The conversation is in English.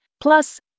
plus